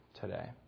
today